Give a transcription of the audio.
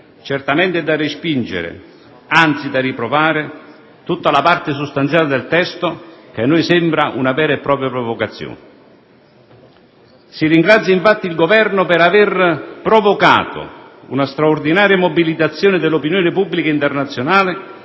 certamente è da respingere, anzi da riprovare, tutta la parte sostanziale del testo, che a noi sembra una vera e propria provocazione. Si ringrazia infatti il Governo per aver provocato una straordinaria mobilitazione dell'opinione pubblica internazionale